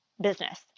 business